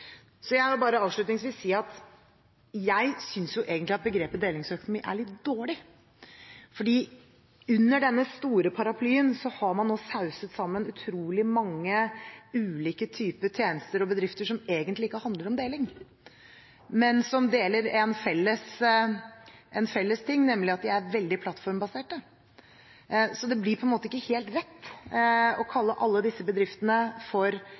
Jeg vil bare avslutningsvis si at jeg synes egentlig at begrepet «delingsøkonomi» er litt dårlig, for under denne store paraplyen har man nå sauset sammen utrolig mange ulike typer tjenester og bedrifter som egentlig ikke handler om deling, men som deler en felles ting, nemlig at de er veldig plattformbaserte. Så det blir på en måte ikke helt rett å kalle alle disse bedriftene for